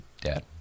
Dad